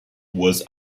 was